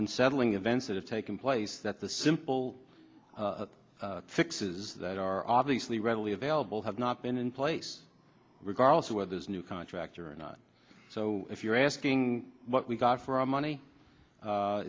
unsettling events that have taken place that the simple fixes that are obviously readily available have not been in place regardless of whether this new contractor or not so if you're asking what we've got for our money